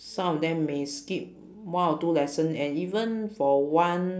some of them may skip one or two lesson and even for one